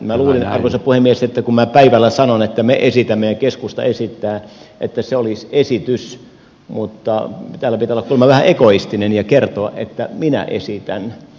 minä luulin arvoisa puhemies että kun minä päivällä sanoin että me esitämme ja keskusta esittää niin se olisi esitys mutta täällä pitää olla kuulemma vähän egoistinen ja kertoa että minä esitän